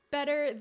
better